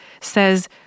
says